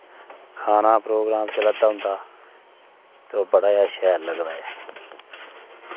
खाना प्रोगराम चलादा होंदा तो बड़ा दै शैल लगदा ऐ